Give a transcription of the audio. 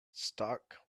stark